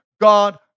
God